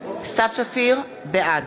בעד